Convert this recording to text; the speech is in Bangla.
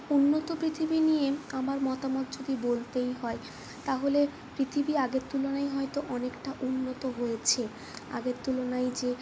উন্নত পৃথিবী নিয়ে আমার মতামত যদি বলতেই হয় তা হলে পৃথিবী আগের তুলনায় হয়তো অনেকটা উন্নত হয়েছে আগের তুলনায় যে